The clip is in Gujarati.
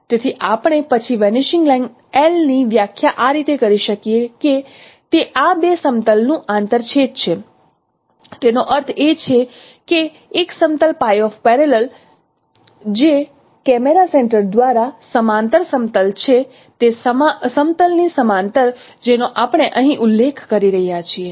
તેથી આપણે પછી વેનીશિંગ લાઇન L ની વ્યાખ્યા આ રીતે કરી શકીએ કે તે આ બે સમતલ નું આંતરછેદ છે તેનો અર્થ એ કે એક સમતલ જે કેમેરા સેન્ટર દ્વારા સમાંતર સમતલ છે તે સમતલ ની સમાંતર જેનો આપણે અહીં ઉલ્લેખ કરી રહ્યા છીએ